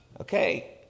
Okay